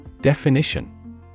Definition